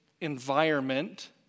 environment